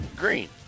Green